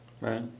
Right